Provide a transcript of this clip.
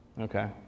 Okay